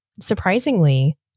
Surprisingly